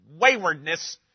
waywardness